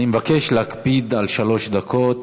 אני מבקש להקפיד על שלוש דקות,